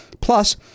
plus